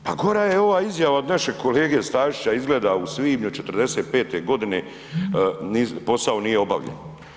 Pa gora je ova izjava od našeg kolege Stazića izgleda u svibnju '45. godine posao nije obavljen.